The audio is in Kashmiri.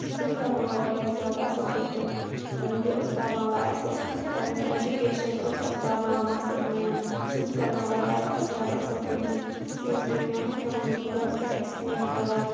سُہ تہِ اوس پَرناوان واریاہ زیادٕ اَصٕل پٲٹھۍ بیٚیہِ اوس پَرناوان اَسہِ ایجوکیشَن ٲس اَسہِ پَرناوان مَثرت میم سُہ اوس پَرناوان واریاہ زیادٕ اَصٕل پٲٹھۍ سُہ اوس بوڑَس پٮ۪ٹھ اٮ۪کٕسپٕلین کَران